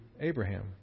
Abraham